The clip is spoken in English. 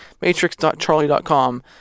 matrix.charlie.com